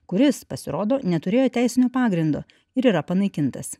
kuris pasirodo neturėjo teisinio pagrindo ir yra panaikintas